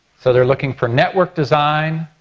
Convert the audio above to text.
so they're looking for network design,